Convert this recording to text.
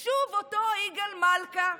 שוב, אותו יגאל מלכה.